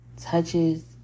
touches